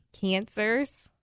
cancers